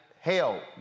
hell